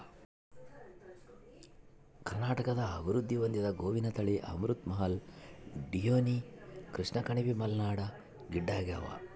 ಕರ್ನಾಟಕದಾಗ ಅಭಿವೃದ್ಧಿ ಹೊಂದಿದ ಗೋವಿನ ತಳಿ ಅಮೃತ್ ಮಹಲ್ ಡಿಯೋನಿ ಕೃಷ್ಣಕಣಿವೆ ಮಲ್ನಾಡ್ ಗಿಡ್ಡಆಗ್ಯಾವ